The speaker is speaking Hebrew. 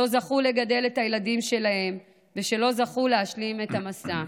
שלא זכו לגדל את הילדים שלהם ושלא זכו להשלים את המסע.